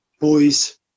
boys